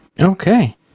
Okay